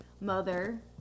Mother